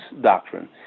Doctrine